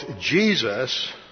Jesus